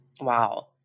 Wow